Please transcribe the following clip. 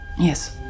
Yes